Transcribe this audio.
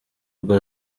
ubwo